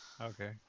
Okay